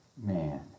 man